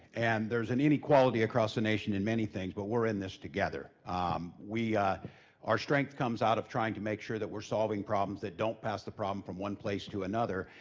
and there's an inequality across the nation in many things, but we're in this together. ah we ah our strength comes out of trying to make sure that we're solving problems that don't pass the problem from one place to another.